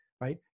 right